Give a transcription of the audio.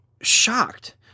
shocked